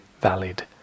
valid